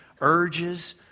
urges